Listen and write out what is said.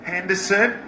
Henderson